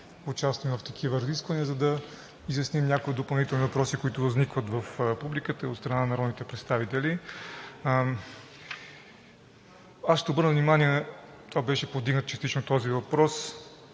участваме в такива разисквания, за да изясним някои допълнителни въпроси, които възникват в публиката и от страна на народните представители. Този въпрос беше повдигнат частично –